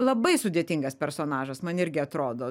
labai sudėtingas personažas man irgi atrodo